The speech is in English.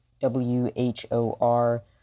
W-H-O-R